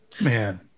man